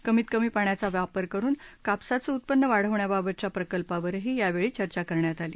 कमीत कमी पाण्याचा वापर करुन कापसाचं उत्पन्न वाढवण्याबाबतच्या प्रकल्पावरही यावेळी चर्चा करण्यात आली